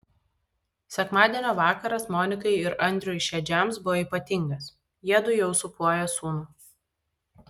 sekmadienio vakaras monikai ir andriui šedžiams buvo ypatingas jiedu jau sūpuoja sūnų